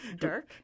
Dirk